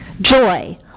joy